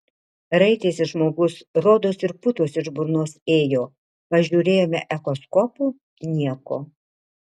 raitėsi žmogus rodos ir putos iš burnos ėjo pažiūrėjome echoskopu nieko